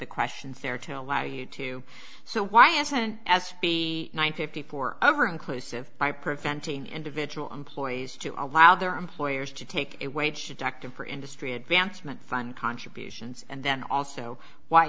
the questions there to allow you to so why isn't as the ninety four over inclusive by preventing individual employees to allow their employers to take it wage directive for industry advancement fund contributions and then also why